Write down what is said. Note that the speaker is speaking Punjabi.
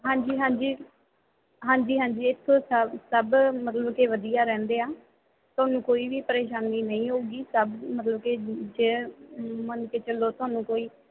ਹਾਂਜੀ ਹਾਂਜੀ ਹਾਂਜੀ ਹਾਂਜੀ ਇੱਥੋਂ ਸ ਸਭ ਮਤਲਬ ਕਿ ਵਧੀਆ ਰਹਿੰਦੇ ਆ ਤੁਹਾਨੂੰ ਕੋਈ ਵੀ ਪਰੇਸ਼ਾਨੀ ਨਹੀਂ ਹੋਊਗੀ ਸਭ ਮਤਲਬ ਕਿ ਜੇ ਮੰਨ ਕੇ ਚੱਲੋ ਤੁਹਾਨੂੰ ਕੋਈ